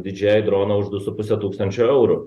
didžijai drono už du su puse tūkstančio eurų